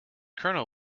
colonel